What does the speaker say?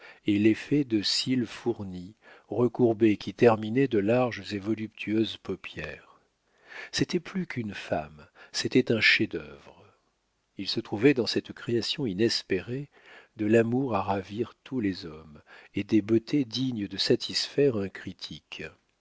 et l'effet de cils fournis recourbés qui terminaient de larges et voluptueuses paupières c'était plus qu'une femme c'était un chef-d'œuvre il se trouvait dans cette création inespérée de l'amour à ravir tous les hommes et des beautés dignes de satisfaire un critique